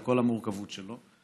על כל המורכבות שלו.